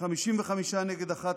55 נגד 11,